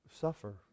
Suffer